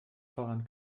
voran